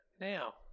Now